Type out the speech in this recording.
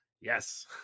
Yes